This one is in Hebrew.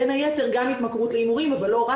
בין היתר גם התמכרות להימורים אבל לא רק.